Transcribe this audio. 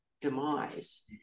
demise